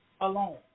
alone